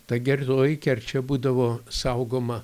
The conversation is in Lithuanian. ta geroji kerčia būdavo saugoma